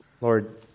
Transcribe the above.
Lord